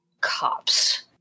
cops